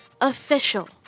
official